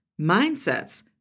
mindsets